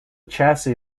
chassis